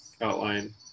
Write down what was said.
outline